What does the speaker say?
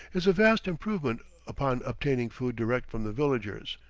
is a vast improvement upon obtaining food direct from the villagers.